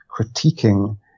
critiquing